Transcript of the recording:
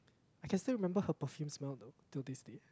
I can still remember her perfume smell though till this day